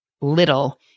little